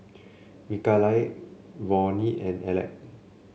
Mikaila Ronnie and Aleck